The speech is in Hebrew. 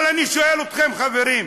אבל אני שואל אתכם, חברים,